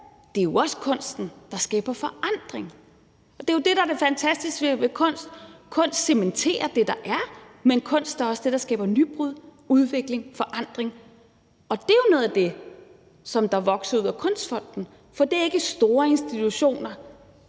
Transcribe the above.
det er jo også kunsten, der skaber forandring. Det er jo det, der er det fantastiske ved kunst. Kunst cementerer det, der er, men kunst er også det, der skaber nybrud, udvikling og forandring. Og det er jo noget af det, som voksede ud af Kunstfonden, for det er ikke store institutioner;